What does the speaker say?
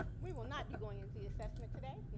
we will not be going into the assessment today.